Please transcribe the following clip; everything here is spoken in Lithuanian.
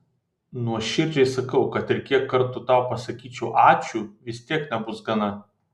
nuoširdžiai sakau kad ir kiek kartų tau pasakyčiau ačiū vis tiek nebus gana